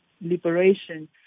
liberation